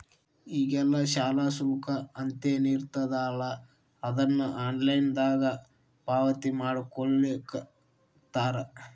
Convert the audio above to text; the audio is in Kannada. ಈಗೆಲ್ಲಾ ಶಾಲಾ ಶುಲ್ಕ ಅಂತೇನಿರ್ತದಲಾ ಅದನ್ನ ಆನ್ಲೈನ್ ದಾಗ ಪಾವತಿಮಾಡ್ಕೊಳ್ಳಿಖತ್ತಾರ